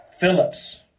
Phillips